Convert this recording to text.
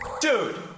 Dude